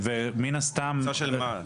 הוצאה של מה?